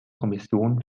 kommission